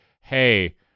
hey